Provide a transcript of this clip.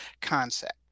concept